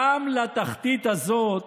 גם לתחתית הזאת